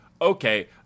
okay